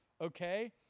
okay